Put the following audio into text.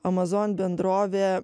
amazon bendrovė